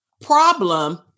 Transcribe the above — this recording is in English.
problem